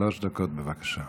שלוש דקות, בבקשה.